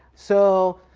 so